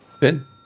Ben